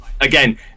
again